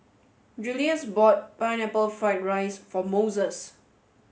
Juluis bought Pineapple Fried Rice for Moses